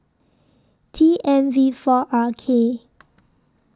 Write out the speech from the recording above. T M V four R K